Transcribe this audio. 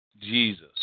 Jesus